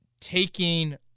taking